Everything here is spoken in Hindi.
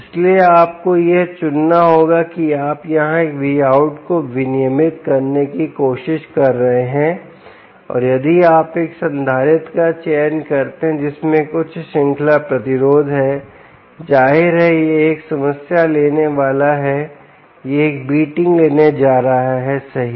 इसलिए आपको यह चुनना होगा कि आप यहां एक Vout को विनियमित करने की कोशिश कर रहे हैं और यदि आप एक संधारित्र का चयन करते हैं जिसमें एक उच्च श्रृंखला प्रतिरोध है जाहिर है यह एक समस्या लेने वाला है यह एक बीटिंग लेने जा रहा है सही